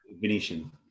Venetian